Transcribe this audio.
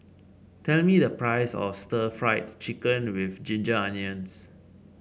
tell me the price of Stir Fried Chicken with Ginger Onions